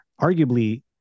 Arguably